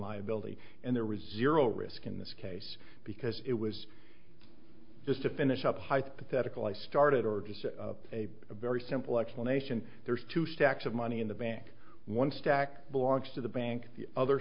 liability and there was erode risk in this case because it was just to finish up a hypothetical i started or just a very simple explanation there's two stacks of money in the bank one stack belongs to the bank the